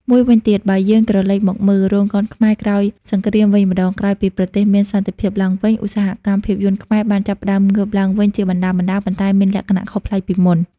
មួយវិញទៀតបើយើងក្រលេកមកមើល រោងកុនខ្មែរក្រោយសង្គ្រាមវិញម្តង ក្រោយពីប្រទេសមានសន្តិភាពឡើងវិញ ឧស្សាហកម្មភាពយន្តខ្មែរបានចាប់ផ្ដើមងើបឡើងវិញជាបណ្ដើរៗ ប៉ុន្តែមានលក្ខណៈខុសប្លែកពីមុន។